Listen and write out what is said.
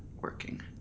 working